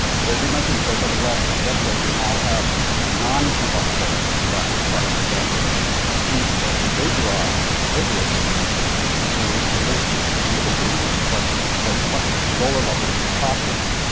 but as you mentioned, chris, over the last decade, we now have non-combustible tobacco products that heat and vaporize liquids to release nicotine, but but much lower levels of toxins.